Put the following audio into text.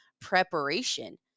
preparation